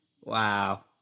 Wow